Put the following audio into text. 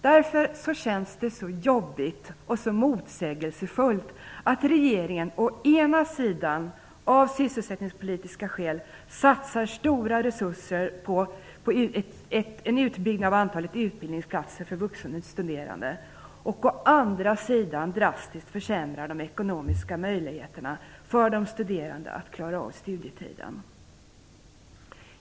Därför känns det så jobbigt och motsägelsefullt att regeringen å ena sidan av sysselsättningspolitiska skäl satsar stora resurser på en utbyggnad av antalet utbildningsplatser för vuxenstuderande och å andra sidan drastiskt försämrar de ekonomiska möjligheterna för de studerande att klara av studietiden.